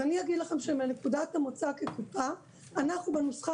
אז אני אגיד לכם שמנקודת המוצא כקופה אנחנו בנוסחה